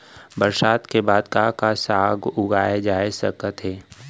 बरसात के बाद का का साग उगाए जाथे सकत हे?